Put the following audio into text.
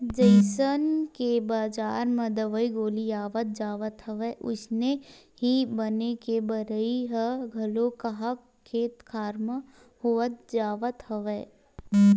जइसन के बजार म दवई गोली आवत जावत हवय अइसने ही बन के बगरई ह घलो काहक खेत खार म होवत जावत हवय